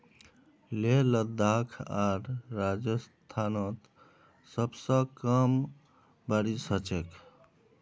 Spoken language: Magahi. लेह लद्दाख आर राजस्थानत सबस कम बारिश ह छेक